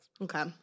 Okay